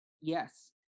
Yes